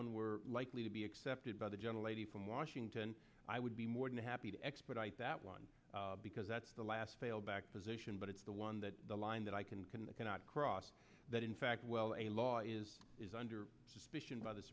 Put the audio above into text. one were likely to be accepted by the gentle lady from washington i would be more than happy to expedite that one because that's the last failed back position but it's the one that the line that i can convey cannot cross that in fact well a law is is under suspicion by the